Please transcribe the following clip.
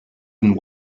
and